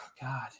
God